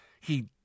He